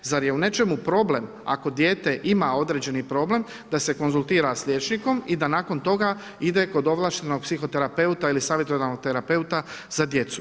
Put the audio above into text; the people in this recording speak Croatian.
Zar je u nečemu problem ako dijete ima određeni problem da se konzultira s liječnikom i da nakon toga ide kod ovlaštenog psihoterapeuta ili savjetodavnog terapeuta za djecu?